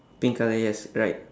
pink colour yes right